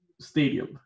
Stadium